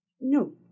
No